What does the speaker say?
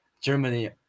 Germany